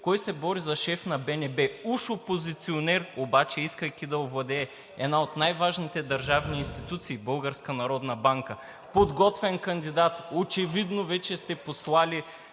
кой се бори за шеф на БНБ? Уж опозиционер, обаче, искайки да овладее една от най-важните държавни институции – Българска народна банка, подготвен кандидат. Очевидно вече сте постлали